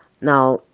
Now